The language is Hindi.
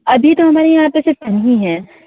अभी तो हमारे यहाँ पर सिर्फ तीन ही हैं